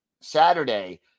Saturday